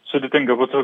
sudėtinga būtų